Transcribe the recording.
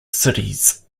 cities